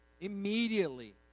Immediately